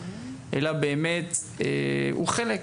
אלא באמת הוא חלק,